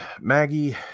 Maggie